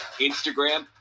instagram